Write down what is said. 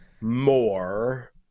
More